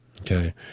okay